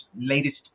latest